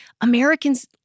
Americans